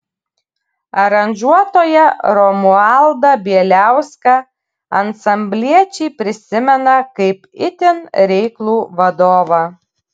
aranžuotoją romualdą bieliauską ansambliečiai prisimena kaip itin reiklų vadovą